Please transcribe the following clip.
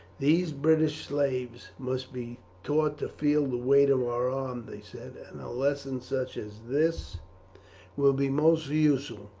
these british slaves must be taught to feel the weight of our arm, they said, and a lesson such as this will be most useful.